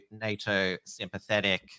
NATO-sympathetic